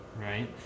right